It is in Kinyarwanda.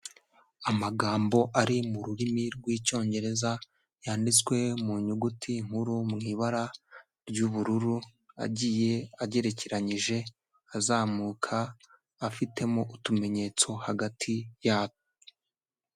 Amagambo ari mu rurimi rw'icyongereza yanditswe mu nyuguti nkuru mu ibara ry'ubururu agiye agerekeranyije azamuka afitemo utumenyetso hagati yaho.